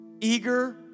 eager